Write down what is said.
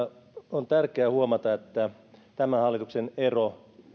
on tärkeä huomata että tämän hallituksen ero